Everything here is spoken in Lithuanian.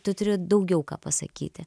tu turi daugiau ką pasakyti